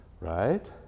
right